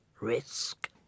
Risk